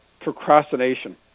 procrastination